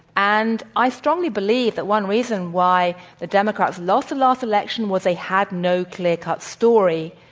and i strongly believe that one reason why the democrats lost the last election was they had no clear-cut story.